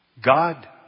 God